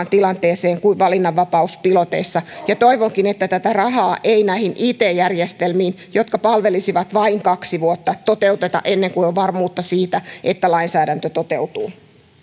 tilanteeseen kuin valinnanvapauspiloteissa toivonkin että tätä rahaa ei näihin it järjestelmiin jotka palvelisivat vain kaksi vuotta toteuteta ennen kuin on varmuutta siitä että lainsäädäntö toteutuu